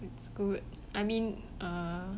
it's good I mean uh